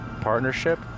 partnership